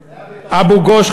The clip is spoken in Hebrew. אבו-גוש,